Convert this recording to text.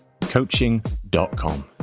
coaching.com